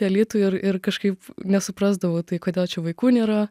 į alytų ir ir kažkaip nesuprasdavau tai kodėl čia vaikų nėra